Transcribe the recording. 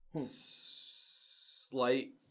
Slight